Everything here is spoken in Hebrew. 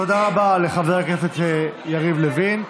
תודה רבה לחבר הכנסת יריב לוין.